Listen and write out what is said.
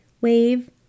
Wave